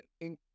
in-